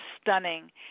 stunning